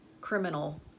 criminal